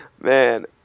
Man